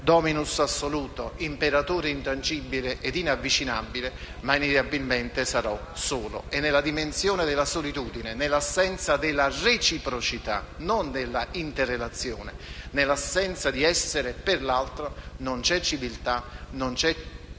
*dominus* assoluto, imperatore intangibile e inavvicinabile, ma inevitabilmente sarò solo. Nella dimensione della solitudine, nell'assenza della reciprocità e non della interrelazione, nell'assenza di essere per l'altro, non c'è civiltà, non c'è